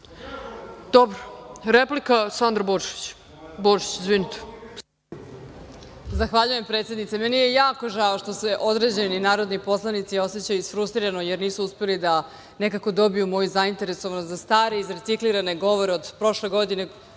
poslaniče. Replika, Sandra Božić. **Sandra Božić** Zahvaljujem, predsednice. Meni je jako žao što se određeni narodni poslanici osećaju isfrustrirano jer nisu uspeli da nekako dobiju moju zainteresovanost za stare i reciklirane govore od prošle godine